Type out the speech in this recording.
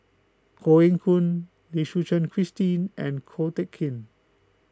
Koh Eng Hoon Lim Suchen Christine and Ko Teck Kin